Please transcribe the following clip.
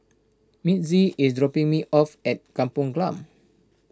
Mitzi is dropping me off at Kampong Glam